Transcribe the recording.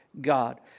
God